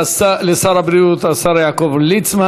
תודה לשר הבריאות, השר יעקב ליצמן.